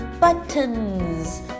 buttons